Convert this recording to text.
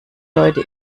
leute